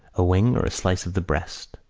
a wing or a slice of the breast?